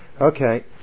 Okay